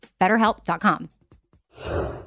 BetterHelp.com